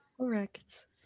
Correct